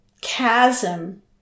chasm